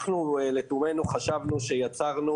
אנחנו לתומנו חשבנו שיצרנו